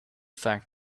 fact